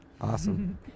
Awesome